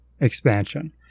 expansion